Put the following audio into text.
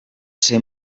ser